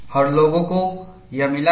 और लोगों को यह मिल गया है